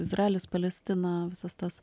izraelis palestina visas tas